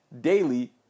daily